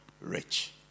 rich